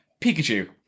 Pikachu